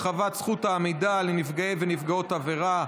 הרחבת זכות העמידה לנפגעי ונפגעות עבירה),